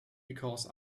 because